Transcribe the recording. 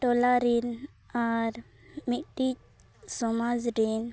ᱴᱚᱞᱟᱨᱮᱱ ᱟᱨ ᱢᱤᱫᱴᱤᱡ ᱥᱚᱢᱟᱡᱽ ᱨᱮᱱ